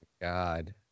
God